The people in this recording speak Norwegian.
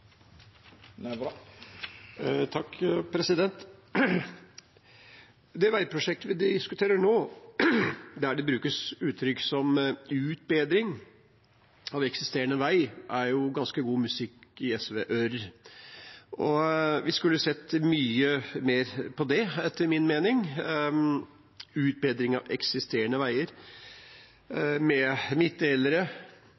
Det veiprosjektet vi diskuterer nå, der det brukes uttrykk som utbedring av eksisterende vei, er ganske god musikk i SV-ører, og vi skulle sett mye mer på det etter min mening – utbedring av eksisterende veier